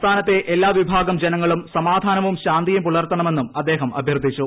സംസ്ഥാനത്തെ എല്ലാ വിഭാഗം ജനങ്ങളും സമാധാനവും ശാന്തിയും പുലർത്തണമെന്നും അദ്ദേഹം അഭ്യർത്ഥിച്ചു